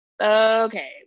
okay